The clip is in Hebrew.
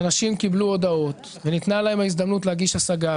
נקודת המוצא היא שאנשים קיבלו הודעות וניתנה להם ההזדמנות להגיש השגה.